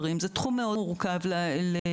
זה תחום מאוד מורכב לעיסוק,